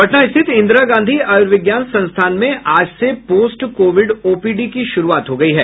पटना स्थित इंदिरा गांधी आयुर्विज्ञान संस्थान में आज से पोस्ट कोविड ओपीडी की शुरूआत हो गयी है